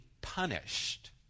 punished